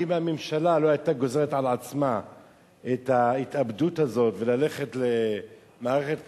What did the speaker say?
ואם הממשלה לא היתה גוזרת על עצמה את ההתאבדות הזאת ללכת למערכת בחירות,